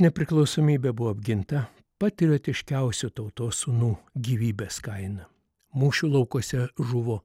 nepriklausomybė buvo apginta patriotiškiausių tautos sūnų gyvybės kaina mūšių laukuose žuvo